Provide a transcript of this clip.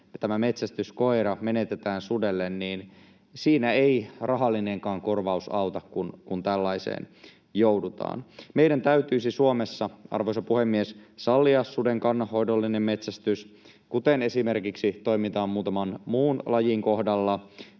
— tämä metsästyskoira — menetetään sudelle, niin siinä ei rahallinenkaan korvaus auta, kun tällaiseen joudutaan. Meidän täytyisi Suomessa, arvoisa puhemies, sallia suden kannanhoidollinen metsästys, kuten esimerkiksi toimitaan muutaman muun lajin kohdalla,